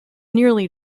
nearly